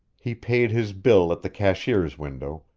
he paid his bill at the cashier's window,